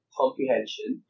comprehension